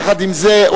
יחד עם זה,